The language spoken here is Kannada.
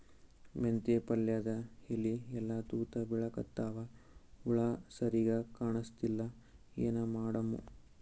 ಮೆಂತೆ ಪಲ್ಯಾದ ಎಲಿ ಎಲ್ಲಾ ತೂತ ಬಿಳಿಕತ್ತಾವ, ಹುಳ ಸರಿಗ ಕಾಣಸ್ತಿಲ್ಲ, ಏನ ಮಾಡಮು?